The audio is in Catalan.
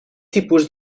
tipus